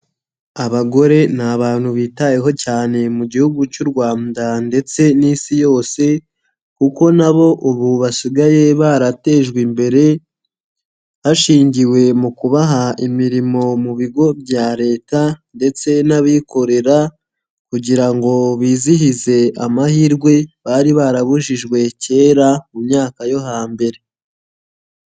Abagore ni abantu bitaweho cyane mu gihugu cy'u Rwanda ndetse n'isi yose, kuko nabo ubu basigaye baratejwe imbere hashingiwe mu kubaha imirimo mu bigo bya Leta ndetse n'abikorera kugira ngo bizihize amahirwe bari barabujijwe kera mu myaka yo hambere.